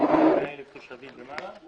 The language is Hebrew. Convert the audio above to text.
100 אלף תושבים ומעלה?